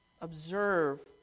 Observe